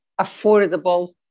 affordable